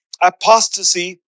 apostasy